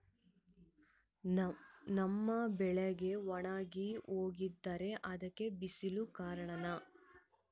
ನಮ್ಮ ಬೆಳೆ ಒಣಗಿ ಹೋಗ್ತಿದ್ರ ಅದ್ಕೆ ಬಿಸಿಲೆ ಕಾರಣನ?